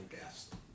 guest